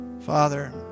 Father